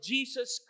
Jesus